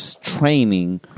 training